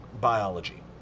biology